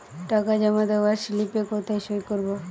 টাকা জমা দেওয়ার স্লিপে কোথায় সই করব?